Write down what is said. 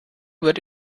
wird